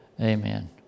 amen